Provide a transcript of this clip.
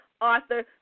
Arthur